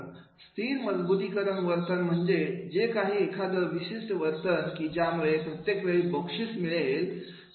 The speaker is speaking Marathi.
स्थिर मजबुतीकरण वर्तन म्हणजे जे काही एखादं विशिष्ट वर्तन की ज्यामुळे प्रत्येक वेळी बक्षीस मिळेल